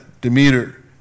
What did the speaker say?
Demeter